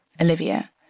Olivia